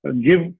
give